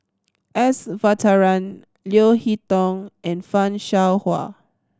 S Varathan Leo Hee Tong and Fan Shao Hua